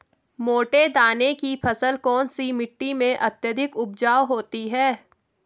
मोटे दाने की फसल कौन सी मिट्टी में अत्यधिक उपजाऊ होती है?